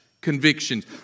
convictions